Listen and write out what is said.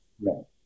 No